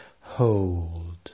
hold